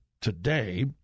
today